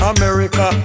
America